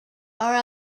are